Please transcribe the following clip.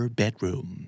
bedroom